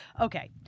Okay